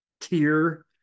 tier